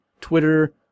Twitter